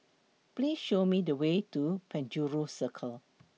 Please Show Me The Way to Penjuru Circle